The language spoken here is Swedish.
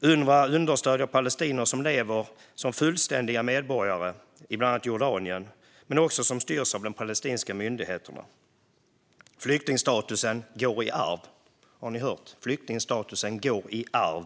Unrwa understöder palestinier som lever som fullständiga medborgare i bland annat Jordanien men som också styrs av de palestinska myndigheterna. Flyktingstatusen går i arv. Har ni hört? Flyktingstatusen går i arv.